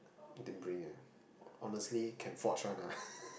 I didn't bring eh honestly can forge one ah